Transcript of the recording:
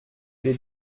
les